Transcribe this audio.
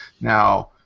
Now